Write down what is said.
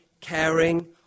caring